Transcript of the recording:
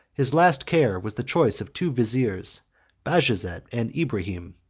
his last care was the choice of two viziers, bajazet and ibrahim,